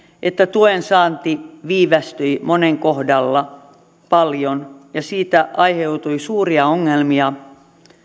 että tuensaanti viivästyi monen kohdalla paljon ja siitä aiheutui suuria ongelmia